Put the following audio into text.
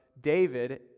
David